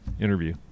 interview